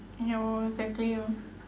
yo exactly lor